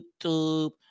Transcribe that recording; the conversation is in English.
YouTube